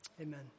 Amen